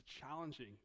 challenging